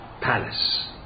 palace